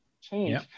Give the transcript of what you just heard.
change